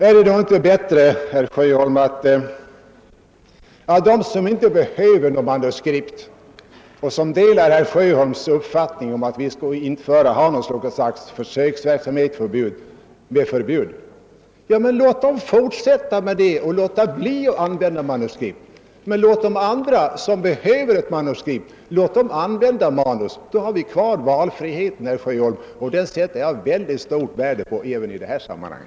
Är det då inte bättre, herr Sjöholm, att de ledamöter som inte behöver an vända manuskript — och som delar herr Sjöholms uppfattning om någon form av förbud — fortsätter med det utan förbud, medan de andra som använder manuskript får göra det? Då har vi bevarat valfriheten, herr Sjöholm, och den sätter jag mycket stort värde på även i detta sammanhang.